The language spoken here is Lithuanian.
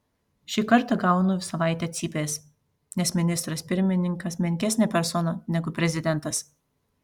šį kartą gaunu savaitę cypės nes ministras pirmininkas menkesnė persona negu prezidentas